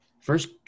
first